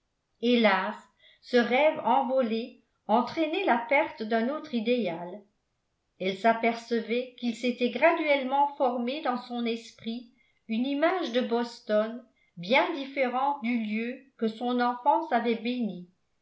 hélas ce rêve envolé entraînait la perte d'un autre idéal elle s'apercevait qu'il s'était graduellement formé dans son esprit une image de boston bien différente du lieu que son enfance avait béni